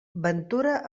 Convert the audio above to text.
ventura